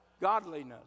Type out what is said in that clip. godliness